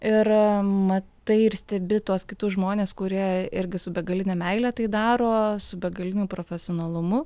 ir matai ir stebi tuos kitus žmones kurie irgi su begaline meile tai daro su begaliniu profesionalumu